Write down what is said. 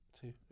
two